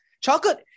Chocolate